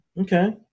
Okay